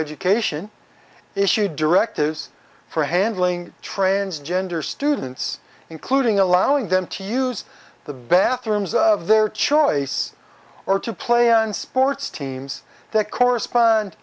education issue directives for handling transgender students including allowing them to use the bathrooms of their choice or to play on sports teams that correspond